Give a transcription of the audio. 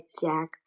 Jack